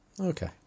Okay